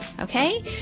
okay